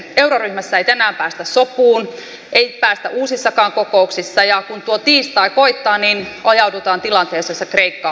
euroryhmässä ei tänään päästä sopuun ei päästä uusissakaan kokouksissa ja kun tuo tiistai koittaa niin ajaudutaan tilanteeseen jossa kreikka on maksukyvytön